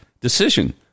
decision